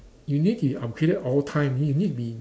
you need be upgraded all time you need be